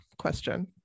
question